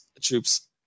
troops